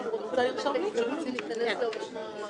אנחנו מדברים על רפורמה שקיימת בכל מגמות הלימוד.